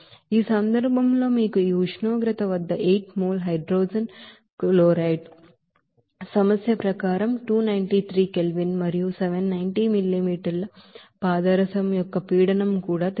ఈ సందర్భంలో మీకు ఈ ఉష్ణోగ్రత వద్ద 8 mole హైడ్రోజన్ క్లోరైడ్ సమస్య ప్రకారం 293K మరియు 790 మిల్లీమీటర్ల మెర్క్యూరీపాదరసం యొక్క ప్రెషర్ కూడా తెలుసు